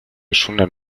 osuna